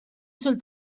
sul